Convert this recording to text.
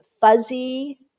fuzzy